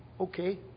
okay